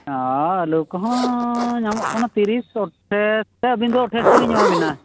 ᱦᱮᱸ ᱟᱹᱞᱩ ᱠᱚᱦᱚᱸ ᱧᱟᱢᱚᱜ ᱠᱟᱱᱟ ᱛᱤᱨᱤᱥ ᱦᱚᱛᱮ ᱛᱮ ᱟᱹᱵᱤᱱ ᱫᱚ ᱟᱴᱷᱟᱥ ᱛᱮᱞᱤᱧ ᱮᱢᱟ ᱵᱤᱱᱟ